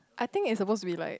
I think is suppose to be like